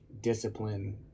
discipline